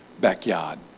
backyard